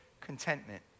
contentment